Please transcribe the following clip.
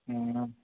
हूँ